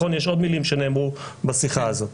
יש עוד מילים שנאמרו בשיחה הזאת.